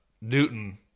Newton